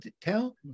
tell